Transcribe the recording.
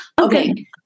Okay